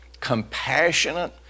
compassionate